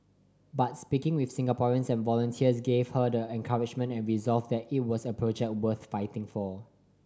but speaking with Singaporeans and volunteers gave her the encouragement and resolve that it was a project worth fighting for